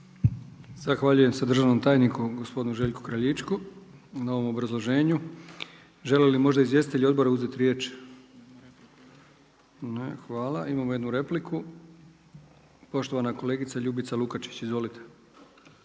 Zahvaljujem se državnom tajniku, gospodinu Željku Kraljičku, na ovome obrazloženju. Želi li možda izvjestitelj odbora uzeti riječ? Ne. Hvala. Imamo jednu repliku. Poštovana kolegica Ljubica Lukačić. Izvolite.